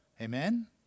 Amen